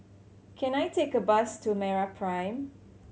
can I take a bus to MeraPrime